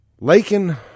Lakin